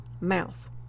mouth